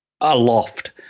aloft